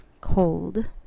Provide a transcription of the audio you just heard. cold